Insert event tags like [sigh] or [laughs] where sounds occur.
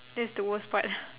that's the worst part [laughs]